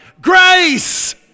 Grace